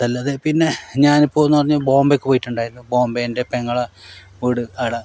അതല്ലാതെ പിന്നെ ഞാനിപ്പോഴെന്നു പറഞ്ഞാൽ ബോംബെയ്ക്ക് പോയിട്ടുണ്ടായിരുന്നു ബോംബെൻ്റെ എൻ്റെ പെങ്ങളുടെ വീട് ആടെ